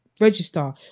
register